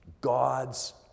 God's